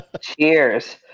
Cheers